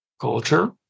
culture